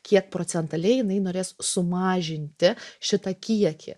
kiek procentaliai jinai norės sumažinti šitą kiekį